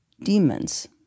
demons